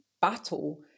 battle